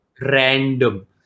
Random